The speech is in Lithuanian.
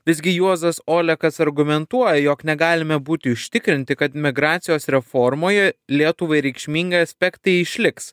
visgi juozas olekas argumentuoja jog negalime būti užtikrinti kad migracijos reformoje lietuvai reikšmingi aspektai išliks